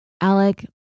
Alec